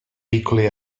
equally